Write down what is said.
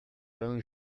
allant